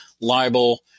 libel